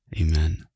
Amen